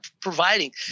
providing